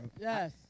Yes